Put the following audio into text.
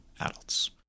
adults